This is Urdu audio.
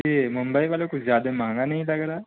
یہ ممبئی والے کچھ زیادہ مہنگا نہیں لگ رہا ہے